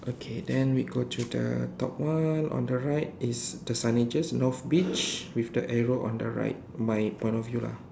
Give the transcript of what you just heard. okay then we go to the top one on the right is the signages North beach with the arrow on the right my point of view lah